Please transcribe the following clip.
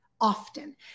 often